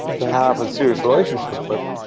to have a serious relationship with.